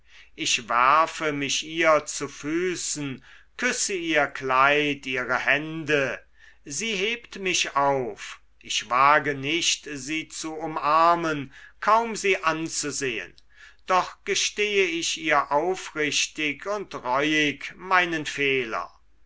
ich werfe mich ihr zu füßen küsse ihr kleid ihre hände sie hebt mich auf ich wage nicht sie zu umarmen kaum sie anzusehen doch gestehe ich ihr aufrichtig und reuig meinen fehler